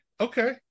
okay